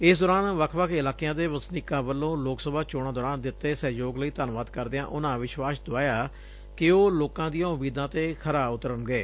ਇਸ ਦੌਰਾਨ ਵੱਖ ਵੱਖ ਇਲਾਕਿਆਂ ਦੇ ਵਸਨੀਕਾਂ ਵੱਲੋਂ ਲੋਕ ਸਭਾ ਚੋਣਾਂ ਦੌਰਾਨ ਦਿਤੇ ਸਹਿਯੋਗ ਲਈ ਧੰਨਵਾਦ ਕਰਦਿਆਂ ਉਨਾਂ ਵਿਸ਼ਵਾਸ਼ ਦੁਆਇਆ ਕਿ ਉਹ ਲੋਕਾਂ ਦੀਆਂ ਉਮੀਦਾਂ ਤੇ ਖਰਾ ਉਤਰਨਗੇ